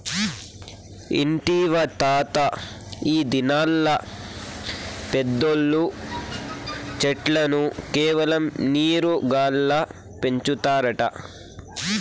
ఇంటివా తాతా, ఈ దినాల్ల పెద్దోల్లు చెట్లను కేవలం నీరు గాల్ల పెంచుతారట